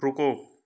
ਰੁਕੋ